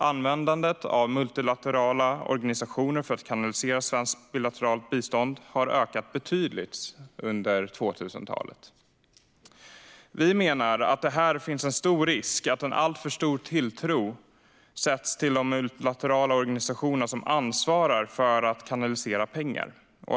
Användandet av multilaterala organisationer för att kanalisera svenskt bilateralt bistånd har ökat betydligt under 2000-talet. Vi menar att det här finns en stor risk att en alltför stor tilltro sätts till de multilaterala organisationerna som ansvarar för att kanalisera pengar.